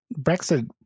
Brexit